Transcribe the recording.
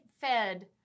fed